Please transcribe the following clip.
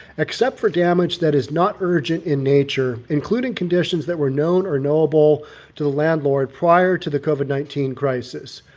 except for damage that is not urgent in nature, including conditions that were known or knowable to the landlord prior to the covid nineteen crisis.